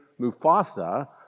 Mufasa